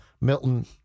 Milton